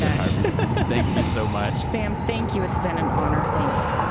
harvey, thank you so much sam, thank you. it's been an honor. thanks